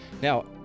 Now